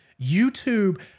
YouTube